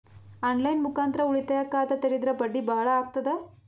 On line ಮುಖಾಂತರ ಉಳಿತಾಯ ಖಾತ ತೇರಿದ್ರ ಬಡ್ಡಿ ಬಹಳ ಅಗತದ?